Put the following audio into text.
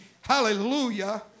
Hallelujah